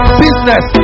business